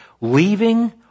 leaving